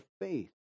faith